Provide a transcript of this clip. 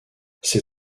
ses